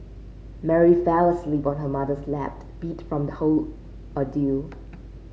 Mary fell asleep on her mother's lap beat from the whole ordeal